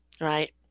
Right